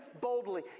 boldly